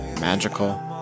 Magical